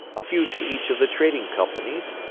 a few to each of the trading companies,